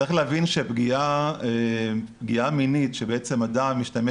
צריך להבין שפגיעה מינית שבעצם אדם משתמש